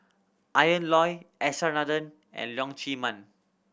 Ian Loy S R Nathan and Leong Chee Mun